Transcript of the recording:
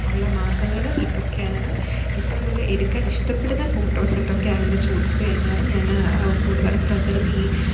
ഉള്ള മാർഗങ്ങള് ഇതൊക്കെയാണ് ഏറ്റവും കൂടുതല് എടുക്കാൻ ഇഷ്ടപ്പെടുന്ന ഫോട്ടോസ് എന്തൊക്കെയാണെന്ന് ചോദിച്ച് കഴിഞ്ഞാല് ഞാന് കൂടുതലും പ്രകൃതി